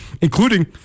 including